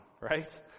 right